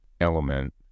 element